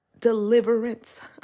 deliverance